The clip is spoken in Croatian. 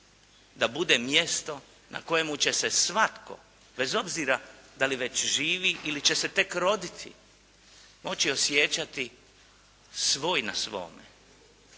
da bude mjesto na kojemu će se svatko bez obzira da li već živi ili će se tek roditi moći osjećati svoj na svome.